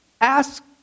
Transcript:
ask